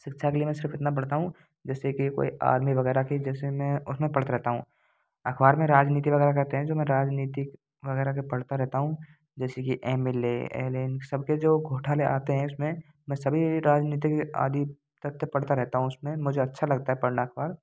शिक्षा के लिए मैं सिर्फ इतना पढ़ता हूँ जैसे कि कोई आर्मी वगैरह के जैसे मैं उसमें पढ़ता रहता हूँ अखबार में राजनीति वगैरह करते हैं जो मैं राजनीतिक वगैरह के पढ़ते रहता हूँ जैसे कि M L A L M सबके जो घोटाले आते है उसमें मैं सभी राजनीतिक आदि तथ्य पढ़ता रहता हूँ उसमें मुझे अच्छा लगता है पढ़ना अखबार